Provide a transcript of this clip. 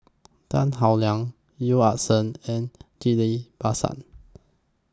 Tan Howe Liang Yeo Ah Seng and Ghillie BaSan